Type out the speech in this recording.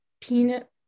peanut